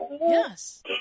Yes